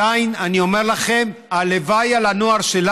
ועדיין אני אומר לכם: הלוואי שלנוער שלנו,